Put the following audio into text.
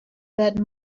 that